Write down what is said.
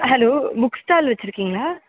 hello book stall வச்சுருக்கீங்களா